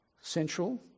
central